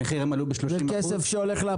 המחירים עלו ב-30% -- זה כסף שהולך לפח.